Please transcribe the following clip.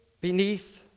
beneath